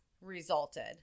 resulted